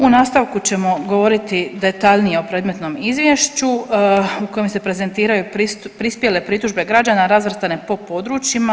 U nastavku ćemo govoriti detaljnije o predmetnom izvješću u kojem se prezentiraju prispjele pritužbe građana razvrstane po područjima.